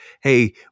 hey